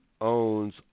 owns